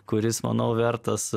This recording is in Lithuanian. kuris manau vertas